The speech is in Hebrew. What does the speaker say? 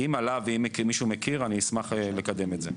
אם עלה ומישהו מכיר אני אשמח לקדם את זה.